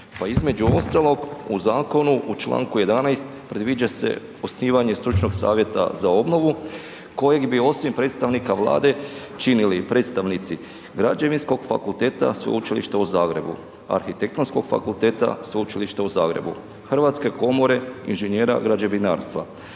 pa između ostalog u zakonu u Članku 11. predviđa se osnivanje stručnog savjeta za obnovu kojeg bi osim predstavnika Vlade činili predstavnici Građevinskog fakulteta Sveučilišta u Zagrebu, Arhitektonskog fakulteta Sveučilišta u Zagrebu, Hrvatske komore inženjera građevinarstva,